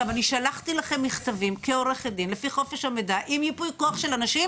אני שלחתי לכם מכתבים כעורכת דין לפי חופש המידע עם ייפוי כוח של אנשים,